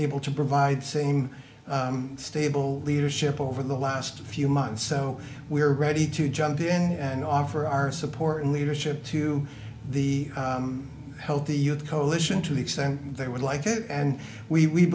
unable to provide same stable leadership over the last few months so we are ready to jump in and offer our support and leadership to the healthy youth coalition to the extent they would like it and we